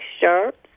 shirts